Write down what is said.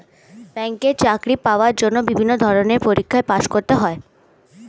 ব্যাংকে চাকরি পাওয়ার জন্য বিভিন্ন ধরনের পরীক্ষায় পাস করতে হয়